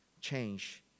change